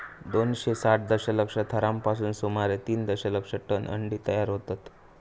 दोनशे साठ दशलक्ष थरांपासून सुमारे तीन दशलक्ष टन अंडी तयार होतत